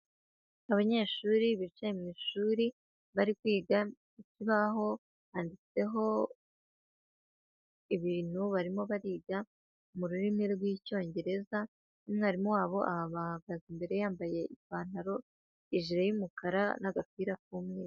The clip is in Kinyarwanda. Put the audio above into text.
Abanyeshuri bicaye mu ishuri bari kwiga, ku kibaho handitseho ibintu barimo bariga mu rurimi rw'icyongereza, umwarimu wabo abahagaze imbere yambaye ipantaro, ijire y'umukara n'agapira k'umweru.